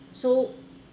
so